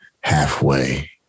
Halfway